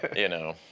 you know?